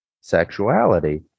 sexuality